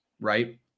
right